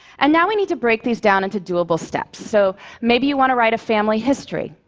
and now we need to break these down into doable steps. so maybe you want to write a family history.